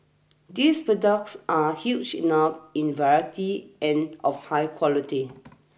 these products are huge enough in variety and of high quality